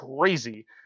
crazy